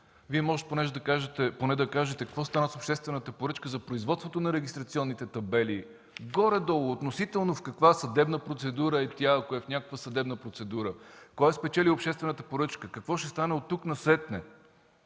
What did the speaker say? Поне можете да кажете какво стана с обществената поръчка за производството на регистрационните табели, относително в каква съдебна процедура е тя – ако е в някаква съдебна процедура, кой е спечелил обществената поръчка и какво ще стане оттук насетне?